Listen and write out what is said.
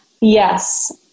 yes